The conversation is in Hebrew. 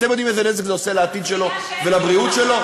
אתם יודעים איזה נזק זה עושה לעתיד שלו ולבריאות שלו?